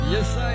Yes